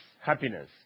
happiness